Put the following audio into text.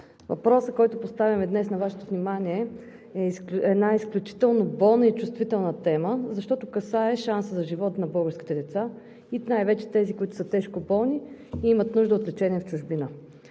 въпросът, който поставяме днес на Вашето внимание, е една изключително болна и чувствителна тема, защото касае шанса за живот на българските деца, и най-вече на тези, които са тежко болни и имат нужда от лечение в чужбина.